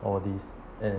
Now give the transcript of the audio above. all these and